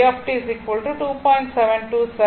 727 பின்னர் 4 2